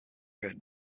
red